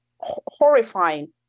horrifying